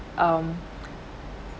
um